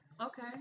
Okay